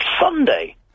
Sunday